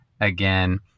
Again